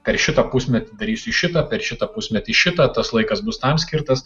per šitą pusmetį darysiu šitą per šitą pusmetį šitą tas laikas bus tam skirtas